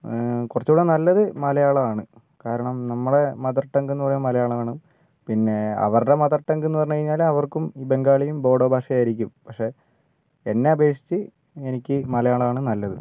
കുറച്ചൂടി നല്ലത് മലയാളമാണ് കാരണം നമ്മളെ മദർ ടംഗ് ന്നു പറയുമ്പോൾ മലയാളമാണ് പിന്നെ അവരുടെ മദർ ടംഗ് എന്ന് പറഞ്ഞു കഴിഞ്ഞാൽ അവർക്കും ഈ ബംഗാളിയും ബോഡോ ഭാഷയും ആയിരിക്കും പക്ഷെ എന്നെ അപേഷിച്ച് എനിക്ക് മലയാളമാണ് നല്ലത്